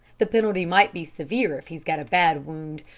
the penalty might be severe if he's got a bad wound.